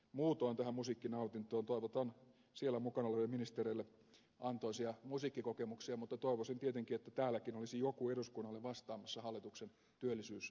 muutoin tähän musiikkinautintoon liittyen toivotan siellä mukana oleville ministereille antoisia musiikkikokemuksia mutta toivoisin tietenkin että täälläkin olisi joku eduskunnalle vastaamassa hallituksen työllisyyslinjauksista